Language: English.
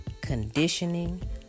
conditioning